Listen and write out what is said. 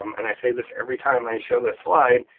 um and i say this every time i show this slide,